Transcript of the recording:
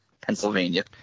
Pennsylvania